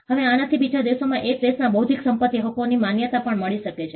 હવે આનાથી બીજા દેશમાં એક દેશના બૌદ્ધિક સંપત્તિ હકોની માન્યતા પણ મળી શકે છે